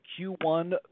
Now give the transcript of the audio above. Q1